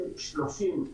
2030,